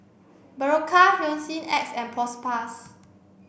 Berocca Hygin X and Propass